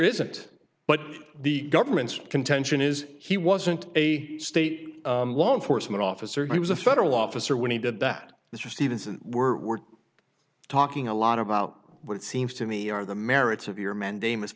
isn't but the government's contention is he wasn't a state law enforcement officer he was a federal officer when he did that this was stevenson we're talking a lot about what seems to me are the merits of your mandamus